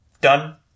Done